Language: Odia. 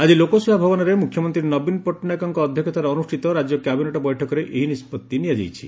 ଆଜି ଲୋକସେବା ଭବନରେ ମୁଖ୍ୟମନ୍ତୀ ନବୀନ ପଟ୍ଟନାୟକଙ୍କ ଅଧ୍ଘକ୍ଷତାରେ ଅନୁଷ୍ଷିତ ରାକ୍ୟ କ୍ୟାବିନେଟ ବୈଠକରେ ଏହି ନିଷ୍ବଭି ନିଆଯାଇଛି